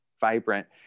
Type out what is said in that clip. vibrant